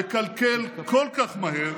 לקלקל כל כך מהר,